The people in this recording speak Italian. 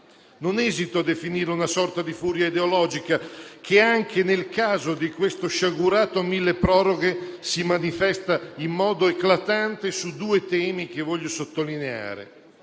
Non esito a definirla una sorta di furia ideologica, che anche nel caso di questo sciagurato milleproroghe si manifesta in modo eclatante su due temi, che voglio sottolineare.